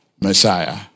Messiah